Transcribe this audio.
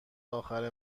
آخر